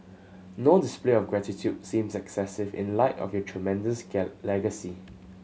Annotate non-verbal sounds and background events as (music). no display of gratitude seems excessive in light of your tremendous (unintelligible) legacy